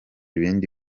ibindi